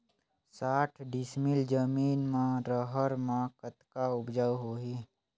साठ डिसमिल जमीन म रहर म कतका उपजाऊ होही?